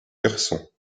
hirson